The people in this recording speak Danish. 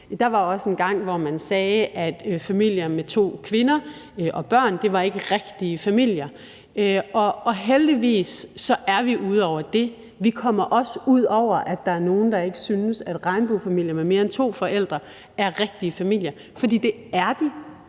Der var også engang, hvor man sagde, at familier med to kvinder og børn ikke var rigtige familier. Heldigvis er vi ude over det. Vi kommer også ud over, at der er nogle, der ikke synes, at regnbuefamilier med mere end to forældre er rigtige familier, for det er de,